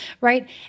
right